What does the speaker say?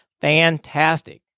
fantastic